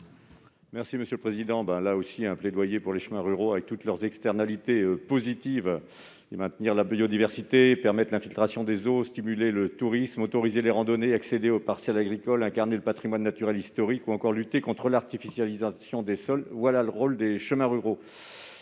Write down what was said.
amendement est l'occasion de faire un plaidoyer pour les chemins ruraux, avec toutes les externalités positives qu'ils induisent : maintenir la biodiversité, permettre l'infiltration des eaux, stimuler le tourisme, autoriser les randonnées, accéder aux parcelles agricoles, incarner le patrimoine naturel et historique, ou encore lutter contre l'artificialisation des sols. Tel est le rôle des chemins ruraux